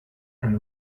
and